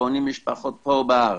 בונים משפחות פה בארץ.